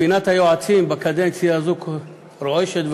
פינת היועצים בקדנציה הזו רועשת וגועשת.